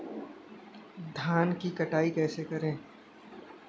धान की कटाई कैसे करें?